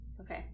Okay